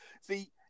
See